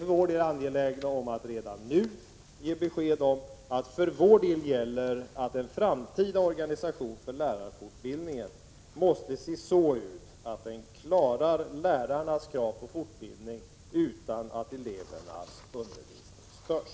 För vår del är vi angelägna att redan nu ge besked om att den framtida organisationen av lärarfortbildningen måste vara sådan att den klarar lärarnas krav på fortbildning utan att elevernas undervisning störs.